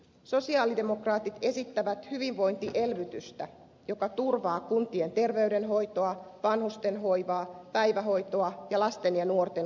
sosialidemokraatit esittävät hyvinvointielvytystä joka turvaa kuntien terveydenhoitoa vanhustenhoivaa päivähoitoa ja lasten ja nuorten koulutusta